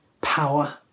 power